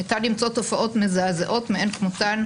ניתן למצוא תופעות מזעזעות מאין כמותן,